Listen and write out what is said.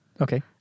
Okay